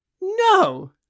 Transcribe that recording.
No